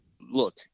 look